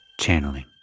Channeling